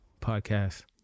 podcast